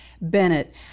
Bennett